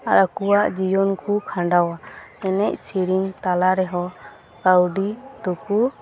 ᱟᱨ ᱟᱠᱚᱣᱟᱜ ᱡᱤᱭᱚᱱ ᱠᱚ ᱠᱷᱟᱸᱰᱟᱣᱟ ᱮᱱᱮᱡ ᱥᱮᱨᱮᱧ ᱛᱟᱞᱟ ᱨᱮᱦᱚᱸ ᱠᱟᱹᱣᱰᱤ ᱫᱚᱠᱚ ᱟᱨᱡᱟᱣ ᱜᱮᱭᱟ